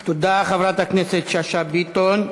תודה, חברת הכנסת שאשא ביטון.